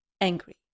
angry